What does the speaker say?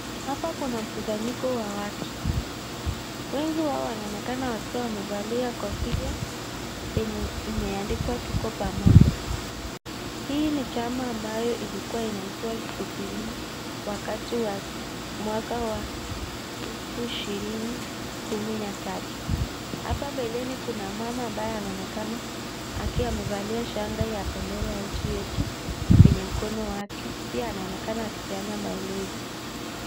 Hapa kuna mkusanyiko wa watu, wengi wao wanaonekana wakiwa wamevalia kofia, yenye imeandikwa tuko pamoja, hii ni chama ambayo ilkuwa inaitwa jubilee wakati wa mwaka wa elfu ishirini kumi na tatu, hapa mbeleni kunaonekana mama ambaye anaonekana akiwa amevalia shanga ya bendera ya nchi yetu kwenye mkono wake, pia anaonekana akipeana maelezo.